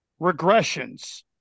Regressions